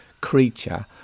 creature